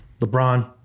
LeBron